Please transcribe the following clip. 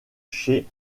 chez